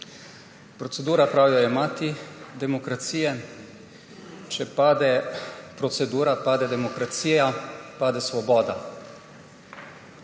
Procedura, pravijo, da je mati demokracije. Če pade procedura, pade demokracija, pade svoboda.